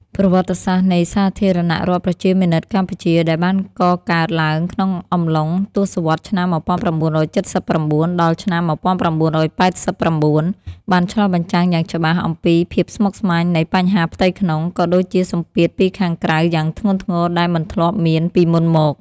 ប្រវត្តិសាស្ត្រនៃសាធារណរដ្ឋប្រជាមានិតកម្ពុជា ដែលបានកកើតឡើងក្នុងអំឡុងទសវត្សរ៍ឆ្នាំ១៩៧៩ ដល់ឆ្នាំ១៩៨៩ បានឆ្លុះបញ្ចាំងយ៉ាងច្បាស់អំពីភាពស្មុគស្មាញនៃបញ្ហាផ្ទៃក្នុង ក៏ដូចជាសម្ពាធពីខាងក្រៅយ៉ាងធ្ងន់ធ្ងរដែលមិនធ្លាប់មានពីមុនមក។